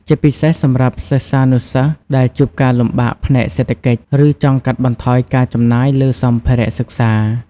ជាពិសេសសម្រាប់សិស្សានុសិស្សដែលជួបការលំបាកផ្នែកសេដ្ឋកិច្ច ឬចង់កាត់បន្ថយការចំណាយលើសម្ភារៈសិក្សា។